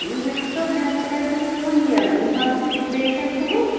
doctor صٲب مےٚ حظ کَریوٕ تۄہہِ فون یہِ بہٕ حظ چھَس یہِ پیشَنٛٹ تُہنٛز